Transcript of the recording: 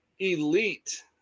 elite